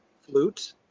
flute